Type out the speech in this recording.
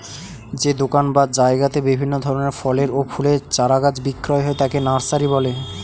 যে দোকান বা জায়গাতে বিভিন্ন ধরনের ফলের ও ফুলের চারা গাছ বিক্রি হয় তাকে নার্সারি বলা হয়